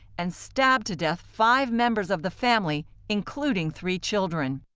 and stabbed to death five members of the family, including three children.